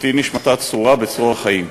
ותהי נשמתה צרורה בצרור החיים.